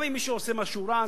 גם אם מישהו עושה משהו רע,